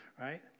right